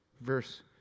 Verse